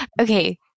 Okay